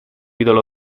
ídolo